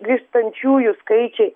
grįžtančiųjų skaičiai